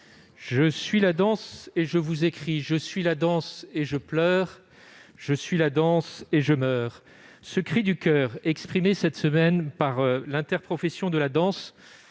Je suis la danse et je vous écris ; je suis la danse et je pleure ; je suis la danse et je meurs. » Madame la ministre, ce cri du coeur, exprimé cette semaine par l'interprofession de la danse,